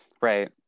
right